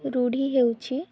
ରୂଢ଼ି ହେଉଛି